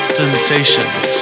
sensations